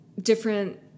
different